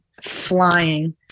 flying